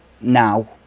Now